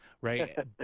right